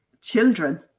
children